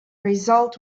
result